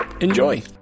enjoy